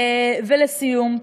ולסיום,